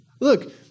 Look